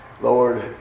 Lord